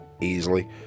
easily